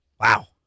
Wow